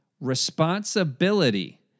responsibility